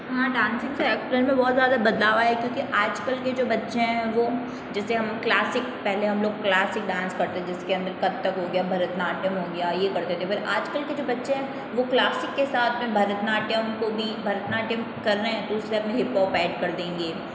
हाँ dancing sector में बहुत ज़्यादा बदलाव आए हैं क्योंकि आज कल के जो बच्चें हैं वो जैसे हम क्लासिक पहले हम लोग क्लासिक डांस करते थे जिसके अंदर कत्थक हो गया भरतनाट्यम हो गया ये करते थे फिर आज कल के जो बच्चें हैं वो क्लासिक से साथ में भरतनाट्यम को भी भरतनाट्यम कर रहे हैं उसमें अपने हिप हॉप ऐड कर देंगे